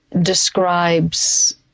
describes